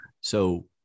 So-